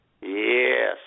Yes